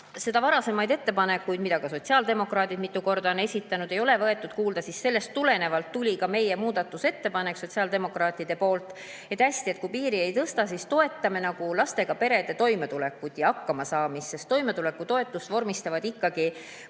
Kuna varasemaid ettepanekuid, mida ka sotsiaaldemokraadid on mitu korda esitanud, ei ole võetud kuulda, siis sellest tulenevalt tuli ka muudatusettepanek sotsiaaldemokraatidelt, et hästi, kui piiri ei tõsta, siis toetame lastega perede toimetulekut ja hakkamasaamist, sest toimetulekutoetust vormistavad ikkagi